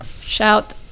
Shout